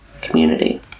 Community